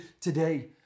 today